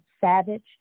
Savage